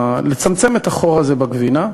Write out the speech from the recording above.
לצמצם את החור הזה בגבינה.